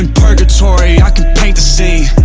and purgatory i could paint the scene